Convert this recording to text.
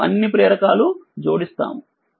మరియు అన్ని ప్రేరకాలు జోడిస్తాము